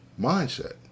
mindset